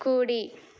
కుడి